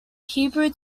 hebrew